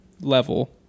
level